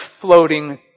floating